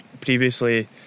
previously